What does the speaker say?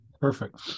Perfect